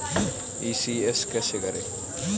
ECS कैसे करें?